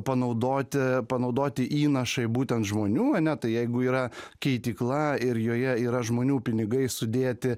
panaudoti panaudoti įnašai būtent žmonių ane tai jeigu yra keitykla ir joje yra žmonių pinigai sudėti